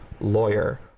lawyer